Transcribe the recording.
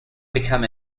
become